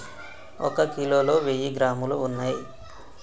ఒక కిలోలో వెయ్యి గ్రాములు ఉన్నయ్